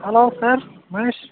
hello sir Mahesh